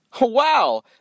Wow